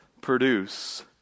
produce